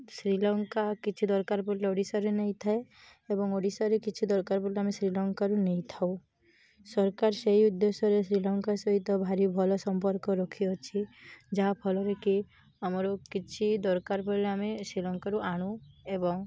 ଶ୍ରୀଲଙ୍କା କିଛି ଦରକାର ପଡ଼ିଲେ ଓଡ଼ିଶାରେ ନେଇଥାଏ ଏବଂ ଓଡ଼ିଶାରେ କିଛି ଦରକାର ପଡ଼ିଲେ ଆମେ ଶ୍ରୀଲଙ୍କାରୁ ନେଇ ଥାଉ ସରକାର ସେଇ ଉଦ୍ଦେଶ୍ୟରେ ଶ୍ରୀଲଙ୍କା ସହିତ ଭାରି ଭଲ ସମ୍ପର୍କ ରଖିଅଛି ଯାହା'ଫଳରେ କି ଆମର କିଛି ଦରକାର ପଡ଼ିଲେ ଆମେ ଶ୍ରୀଲଙ୍କାରୁ ଆଣୁ ଏବଂ